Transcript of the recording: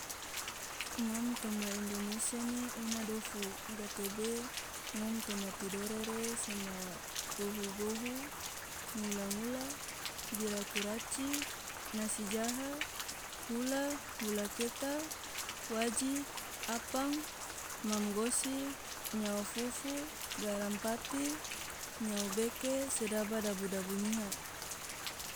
ngam toma indonesia ne ena dofu, gatebe ngom toma tidore re sema gohu gohu, ngula-ngula, bira kuraci, nasi jaha, hula, hula keta, waji, apang, mam gosi, nyao fufu, garam pati, nyao beke, sedaba dabu-dabu nyiha.